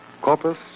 Corpus